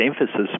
emphasis